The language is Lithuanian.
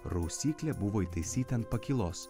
rausyklė buvo įtaisyta ant pakylos